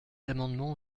amendement